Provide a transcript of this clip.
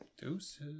Deuces